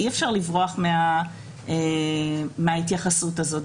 אי-אפשר לברוח מההתייחסות הזאת,